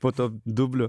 po to dublio